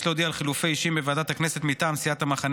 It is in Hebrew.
אבקש להודיע על חילופי אישים בוועדת הכנסת מטעם סיעת המחנה